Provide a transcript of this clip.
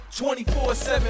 24-7